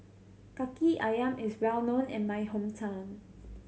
Kaki Ayam is well known in my hometown